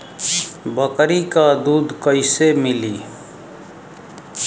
बकरी क दूध कईसे मिली?